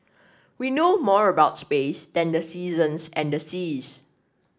we know more about space than the seasons and the seas